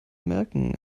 merken